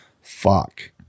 fuck